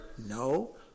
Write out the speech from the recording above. No